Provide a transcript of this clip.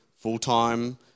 full-time